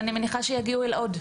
אני מניחה שיגיעו לעוד.